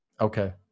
Okay